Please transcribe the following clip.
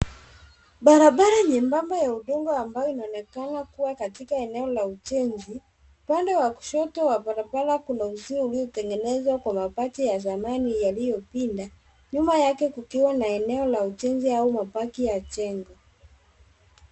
Barabara nyembamba ya udongo ambayo inaonekana kua katika eneo la ujenzi. Upande wa kushoto wa barabara kuna uzio uliotengenezwa kwa mabati ya zamani yaliyopinda. Nyuma yake kukiwa na eneo la ujenzi au mabaki ya jengo.